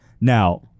Now